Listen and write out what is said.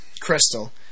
crystal